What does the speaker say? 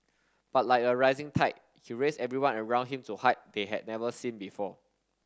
but like a rising tide he raised everyone around him to height they had never seen before